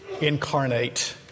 incarnate